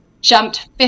jumped